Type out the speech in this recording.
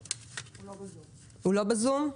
הוא לא בזום.